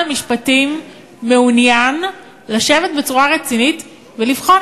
המשפטים מעוניין לשבת בצורה רצינית ולבחון.